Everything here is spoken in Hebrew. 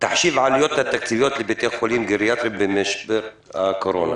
תחשיב העלויות התקציביות לבתי חולים גריאטריים במשבר הקורונה.